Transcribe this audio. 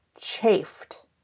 chafed